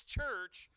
church